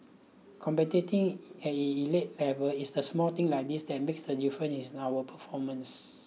competing at an elite level it's the small things like this that makes the difference in our performance